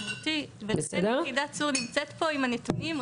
גברתי, יחידת צור נמצאת פה עם הנתונים.